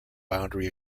boundary